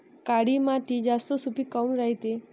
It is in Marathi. काळी माती जास्त सुपीक काऊन रायते?